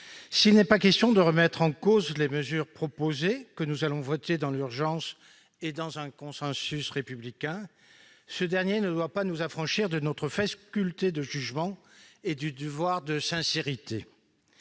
s'il n'est pas question de remettre en cause les mesures proposées, que nous allons voter dans l'urgence et dans un consensus républicain, ce dernier ne doit pas nous affranchir de notre faculté de jugement et du devoir de sincérité.